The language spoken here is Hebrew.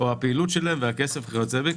מה בא קודם סעיף 46 או הפעילות שלהם והכסף וכיוצא בכך,